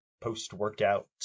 post-workout